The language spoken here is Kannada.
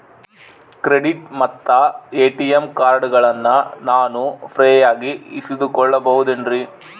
ಕ್ರೆಡಿಟ್ ಮತ್ತ ಎ.ಟಿ.ಎಂ ಕಾರ್ಡಗಳನ್ನ ನಾನು ಫ್ರೇಯಾಗಿ ಇಸಿದುಕೊಳ್ಳಬಹುದೇನ್ರಿ?